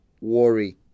worry